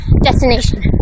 destination